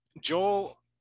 Joel